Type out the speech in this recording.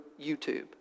YouTube